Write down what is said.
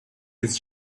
his